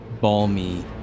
balmy